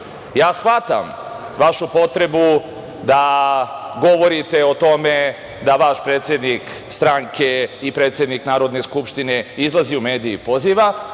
shvatam vašu potrebu da govorite o tome da vaš predsednik stranke i predsednik Narodne skupštine izlazi u medije i poziva,